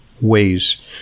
ways